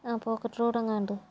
ആ pocket road എങ്ങാണ്ട്